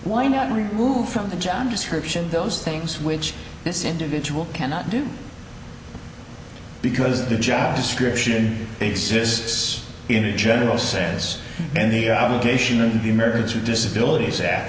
why not remove from the job description those things which this individual cannot do because the job description exists in a general sense and the obligation of the americans with disabilities